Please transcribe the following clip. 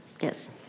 yes